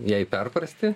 jai perprasti